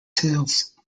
tails